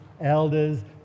elders